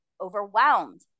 overwhelmed